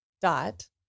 dot